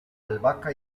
albahaca